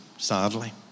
Sadly